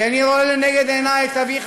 כי אני רואה לנגד עיני את אביך,